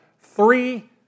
three